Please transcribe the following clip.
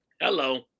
Hello